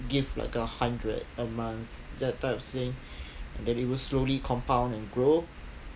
give like a hundred a month that type of saying that it will slowly compound and grow